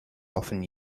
often